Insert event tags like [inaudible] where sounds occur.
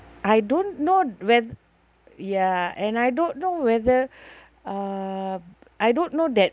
I don't know whe~ ya and I don't know whether [breath] uh I don't know that